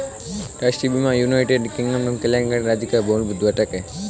राष्ट्रीय बीमा United Kingdom में कल्याणकारी राज्य का एक मूलभूत घटक है